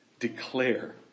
Declare